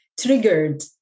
triggered